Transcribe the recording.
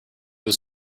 was